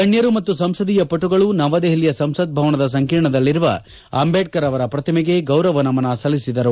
ಗಣ್ಣರು ಮತ್ತು ಸಂಸದೀಯ ಪಟುಗಳು ನವದೆಹಲಿಯ ಸಂಸತ್ ಭವನದ ಸಂಕೀರ್ಣದಲ್ಲಿರುವ ಅಂಬೇಡ್ತರ್ ಅವರ ಪ್ರತಿಮೆಗೆ ಗೌರವ ನಮನ ಸಲ್ಲಿಸಿದರು